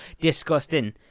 Disgusting